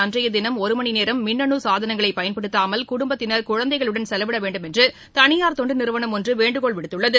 அன்றையதினம் ஒருமணி நேரம் மின்னு சாதனங்களை பயன்படுத்தாமல் குடும்பத்தினர் குழந்தைகளுடன் குடும்பத்துடன் செலவிடவேண்டும் என்று தளியார் தொண்டுநிறுவனம் ஒன்று வேண்டுகோள் விடுத்துள்ளது